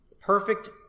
perfect